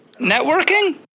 Networking